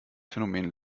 phänomen